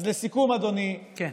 אז לסיכום, אדוני, כן.